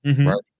right